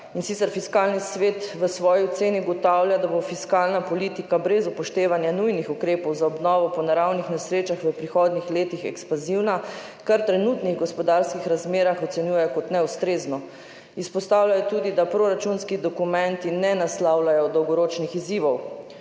in sicer, Fiskalni svet v svoji oceni ugotavlja, da bo fiskalna politika brez upoštevanja nujnih ukrepov za obnovo po naravnih nesrečah v prihodnjih letih ekspanzivna, kar v trenutnih gospodarskih razmerah ocenjujejo kot neustrezno. Izpostavljajo tudi, da proračunski dokumenti ne naslavljajo dolgoročnih izzivov.